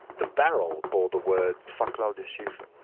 the barrel bore the words, fuck claudia schiffer